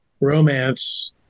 romance